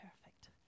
perfect